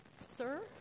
Sir